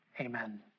Amen